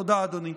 תודה, אדוני.